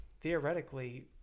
theoretically